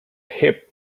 heap